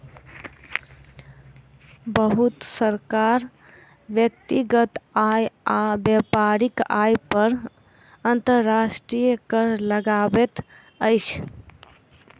बहुत सरकार व्यक्तिगत आय आ व्यापारिक आय पर अंतर्राष्ट्रीय कर लगबैत अछि